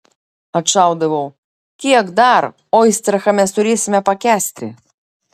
atšaudavau kiek dar oistrachą mes turėsime pakęsti